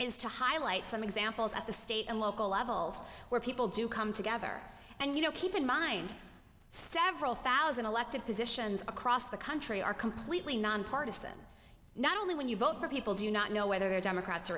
is to highlight some examples at the state and local levels where people do come together and you know keep in mind several thousand elected positions across the country are completely nonpartisan not only when you vote for people do not know whether they're democrats or